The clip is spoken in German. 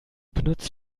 benutzt